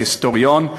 כהיסטוריון,